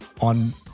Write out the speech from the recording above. on